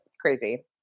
crazy